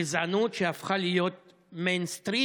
שגזענות הפכה להיות מיינסטרים,